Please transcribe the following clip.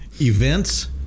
events